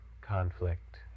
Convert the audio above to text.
conflict